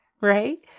right